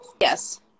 yes